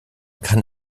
kann